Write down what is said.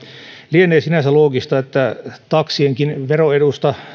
lienee sinänsä loogista että taksienkin veroedusta